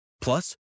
Plus